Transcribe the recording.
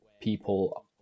people